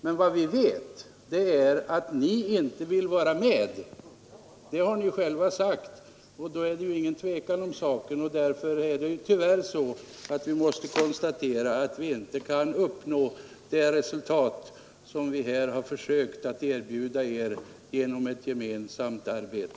Men vad vi vet är att ni inte vill vara med — det har ni själva sagt, och då är det ju ingen tvekan om saken. Därför är det tyvärr så att vi måste konstatera att vi inte kan uppnå de resultat som vi vill försöka uppnå genom att inbjuda er till ett gemensamt arbete.